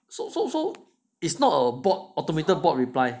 so so so it's not a bot automated bot reply